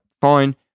fine